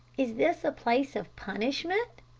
is this a place of punishment?